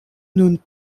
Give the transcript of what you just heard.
nun